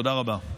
תודה רבה.